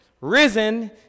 Risen